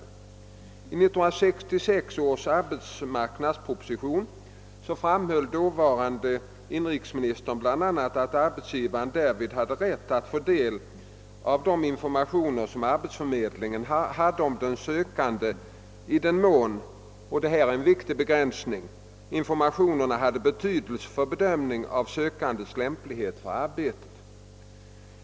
I 1966 års arbetsmarknadsproposition framhöll dåvarande inrikesministern bl.a. att arbetsgivaren därvid har rätt att få del av de informationer som arbetsförmedlingen har om sökanden i den mån — och detta är en viktig begränsning — informationerna har betydelse för bedömningen av sökandens lämplighet för arbetet.